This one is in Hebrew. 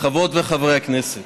חברות וחברי הכנסת,